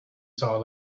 saw